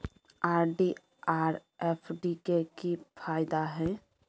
RD आर FD के की फायदा हय?